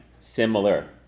similar